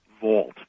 Vault